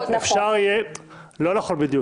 אפשר יהיה לעשות הגבלות